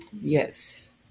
Yes